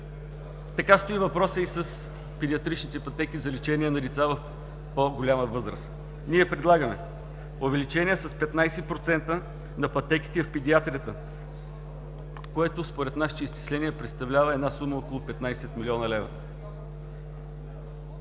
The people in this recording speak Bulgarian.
Така стои въпросът и с педиатричните пътеки за лечение на деца в по-голяма възраст. Ние предлагаме увеличение с 15% на пътеките в педиатрията, което според нашите изчисления представлява една сума от около 15 млн. лв.